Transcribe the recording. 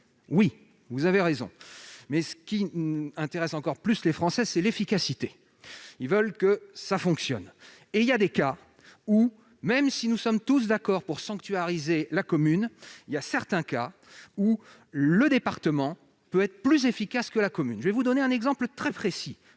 Oui, vous avez raison, mais, ce qui intéresse encore plus les Français, c'est l'efficacité : ils veulent que ça fonctionne ! Dans certains cas, même si nous sommes tous d'accord pour sanctuariser le rôle de la commune, le département peut être plus efficace que celle-ci. Je vais vous donner un exemple très précis